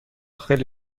خیلی